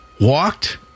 walked